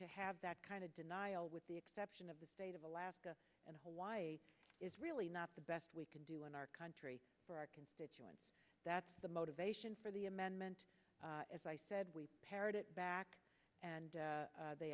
to have that kind of denial with the exception of the state of alaska and hawaii is really not the best we can do in our country for our constituents that's the motivation for the amendment as i said we parroted back and